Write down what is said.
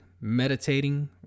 meditating